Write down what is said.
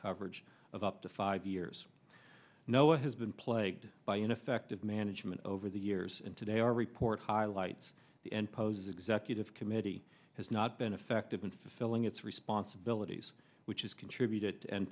coverage of up to five years no it has been plagued by ineffective management over the years and today our report highlights the end poses executive committee has not been effective and fulfilling its responsibilities which has contributed and